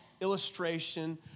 illustration